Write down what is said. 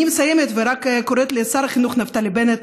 אני מסיימת ורק קוראת לשר החינוך נפתלי בנט,